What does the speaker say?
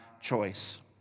choice